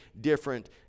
different